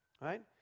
right